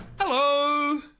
Hello